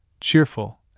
cheerful